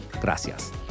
Gracias